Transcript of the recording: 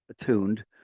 attuned